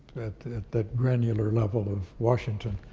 at that granular level of washington.